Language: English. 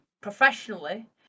professionally